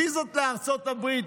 ויזות לארצות הברית,